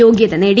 യോഗ്യത നേടി